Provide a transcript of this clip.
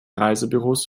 reisebüros